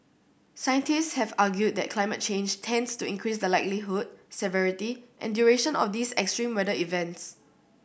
scientists have argued that climate change tends to increase the likelihood severity and duration of these extreme weather events